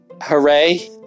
hooray